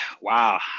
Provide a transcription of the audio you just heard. Wow